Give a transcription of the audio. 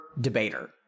debater